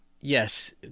yes